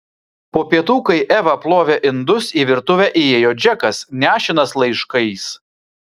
po pietų kai eva plovė indus į virtuvę įėjo džekas nešinas laiškais